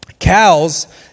Cows